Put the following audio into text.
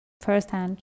Firsthand